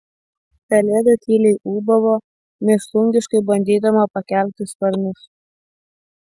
pelėda tyliai ūbavo mėšlungiškai bandydama pakelti sparnus